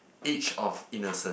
each of innocent